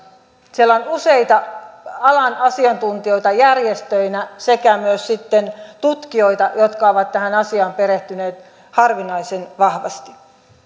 siellä on useita alan asiantuntijoita järjestöinä sekä myös sitten tutkijoita jotka ovat tähän asiaan perehtyneet harvinaisen vahvasti